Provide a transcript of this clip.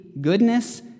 goodness